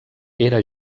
era